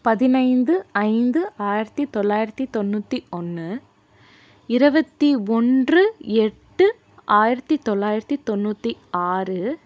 பதினைந்து ஐந்து ஆயிரத்து தொள்ளாயிரத்து தொண்ணூற்றி ஒன்று இருபத்தி ஒன்று எட்டு ஆயிரத்து தொள்ளாயிரத்து தொண்ணூற்றி ஆறு